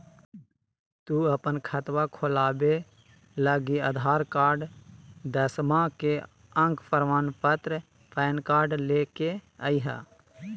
तू अपन खतवा खोलवे लागी आधार कार्ड, दसवां के अक प्रमाण पत्र, पैन कार्ड ले के अइह